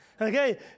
Okay